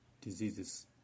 diseases